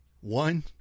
one